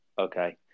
Okay